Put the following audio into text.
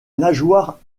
nageoire